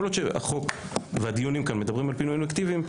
כל עוד החוק והדיונים כאן מדברים על פינויים אלקטיביים,